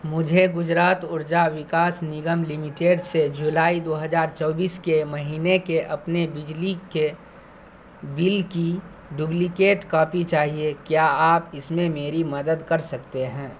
مجھے گجرات ارجا وکاس نگم لمیٹڈ سے جولائی دو ہزار چوبیس کے مہینے کے اپنے بجلی کے بل کی ڈبلیکیٹ کاپی چاہیے کیا آپ اس میں میری مدد کر سکتے ہیں